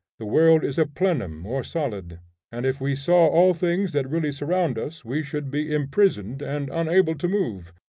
the world is a plenum or solid and if we saw all things that really surround us we should be imprisoned and unable to move.